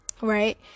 right